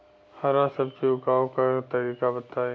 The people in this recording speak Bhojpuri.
हरा सब्जी उगाव का तरीका बताई?